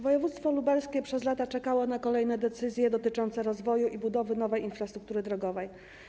Województwo lubelskie przez lata czekało na kolejne decyzje dotyczące rozwoju i budowy nowej infrastruktury drogowej.